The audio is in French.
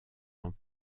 ans